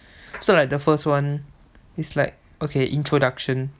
so like the first one is like okay introduction